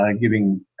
giving